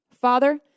Father